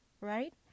right